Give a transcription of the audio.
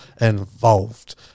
involved